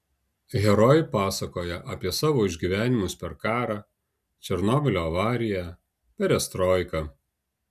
herojai pasakoja apie savo išgyvenimus per karą černobylio avariją perestroiką